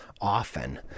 often